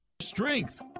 Strength